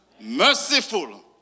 Merciful